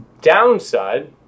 downside